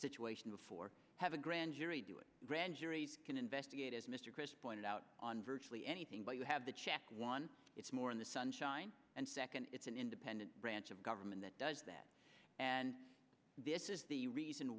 situation before have a grand jury doing grand juries can investigate as mr chris pointed out on virtually anything but you have to check one it's more in the sunshine and second it's an independent branch of government that does that and this is the reason